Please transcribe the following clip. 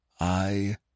I